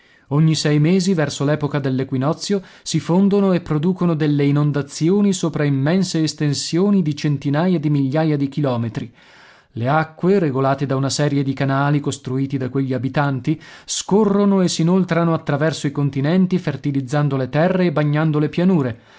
ogni sei mesi verso l'epoca dell'equinozio si fondono e producono delle inondazioni sopra immense estensioni di centinaia di migliaia di chilometri le acque regolate da una serie di canali costruiti da quegli abitanti scorrono e s'inoltrano attraverso i continenti fertilizzando le terre e bagnando le pianure